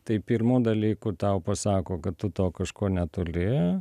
tai pirmu dalyku tau pasako kad tu to kažko netuli